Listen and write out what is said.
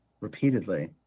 repeatedly